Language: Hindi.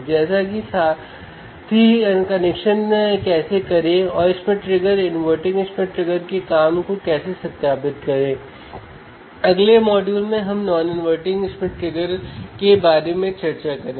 ध्यान रखना और मैं आपको अगले मॉड्यूल में देखूँगा